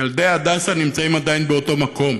ילדי הדסה נמצאים עדיין באותו מקום.